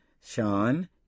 sean